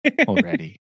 already